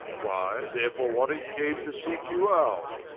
why therefore warwick came to seek you out,